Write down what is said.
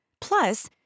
Plus